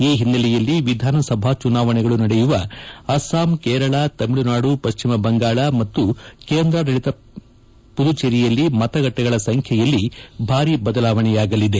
ಈ ಹಿನ್ನೆಲೆಯಲ್ಲಿ ವಿಧಾನಸಭಾ ಚುನಾವಣೆಗಳು ನಡೆಯುವ ಅಸ್ತಾಮ್ ಕೇರಳ ತಮಿಳುನಾಡು ಪಶ್ಚಿಮ ಬಂಗಾಳ ಹಾಗೂ ಕೇಂದ್ರಾಡಳತ ಪುದುಚೇರಿಯಲ್ಲಿ ಮತಗಟ್ಟೆಗಳ ಸಂಬ್ಲೆಯಲ್ಲಿ ಭಾರಿ ಬದಲಾವಣೆಯಾಗಲಿದೆ